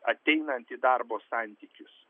ateinant į darbo santykius